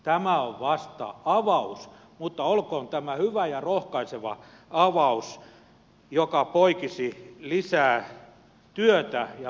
tämä on vasta avaus mutta olkoon tämä hyvä ja rohkaiseva avaus joka poikisi lisää työtä ja mahdollisuuksia työllistää